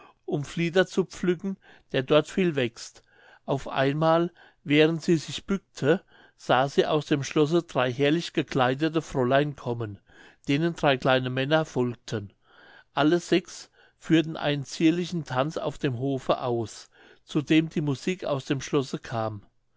um flieder zu pflücken der dort viel wächst auf einmal während sie sich bückte sah sie aus dem schlosse drei herrlich gekleidete fräulein kommen denen drei kleine männer folgten alle sechs führten einen zierlichen tanz auf dem hofe aus zu dem die musik aus dem schlosse kam